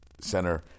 center